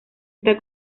está